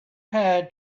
had